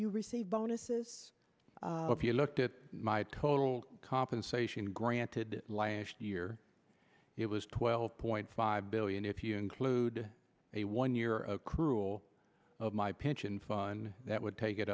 you receive bonuses if you looked at my total compensation granted last year it was twelve point five billion if you include a one year accrual of my pension fund that would take it